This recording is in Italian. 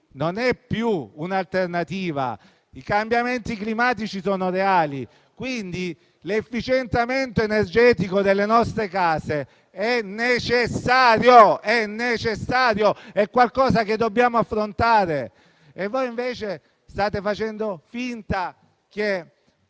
non è più un'alternativa. I cambiamenti climatici sono reali e l'efficientamento energetico delle nostre case è necessario. È un qualcosa che dobbiamo affrontare e voi state facendo finta che